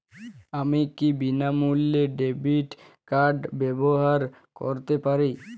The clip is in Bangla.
আমি কি বিনামূল্যে ডেবিট কার্ড ব্যাবহার করতে পারি?